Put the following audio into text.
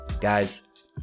Guys